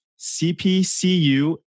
CPCU